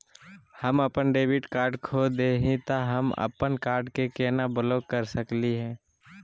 हम अपन debit card खो दे ही, त हम अप्पन कार्ड के केना ब्लॉक कर सकली हे?